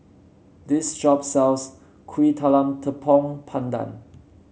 this shop sells Kuih Talam Tepong Pandan